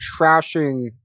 trashing